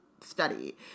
study